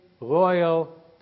royal